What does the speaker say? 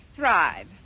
Thrive